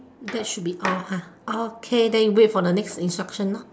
that should be all ah okay then we wait for the next instruction nah